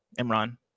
Imran